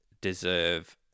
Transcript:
deserve